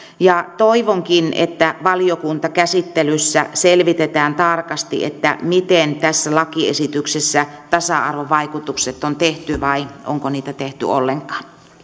toivonkin että valiokuntakäsittelyssä selvitetään tarkasti miten tässä lakiesityksessä tasa arvovaikutukset on tehty vai onko niitä tehty ollenkaan